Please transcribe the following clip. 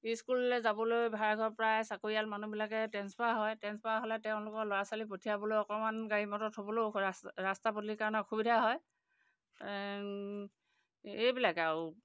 স্কুললৈ যাবলৈ ভাড়াঘৰৰপৰা চাকৰিয়াল মানুহবিলাকে ট্ৰেঞ্চফাৰ হয় ট্ৰেঞ্চফাৰ হ'লে তেওঁলোকৰ ল'ৰা ছোৱালী পঠিয়াবলৈ অকণমান গাড়ী মটৰ থ'বলৈও ৰাস্তা ৰাস্তা পদূলিৰ কাৰণে অসুবিধা হয় এইবিলাকেই আৰু